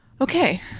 okay